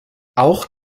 auch